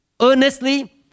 earnestly